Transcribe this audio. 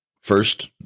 First